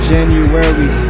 January